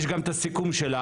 יש גם את הסיכום שלה.